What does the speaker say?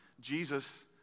Jesus